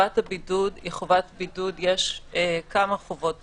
יש כמה חובות בידוד.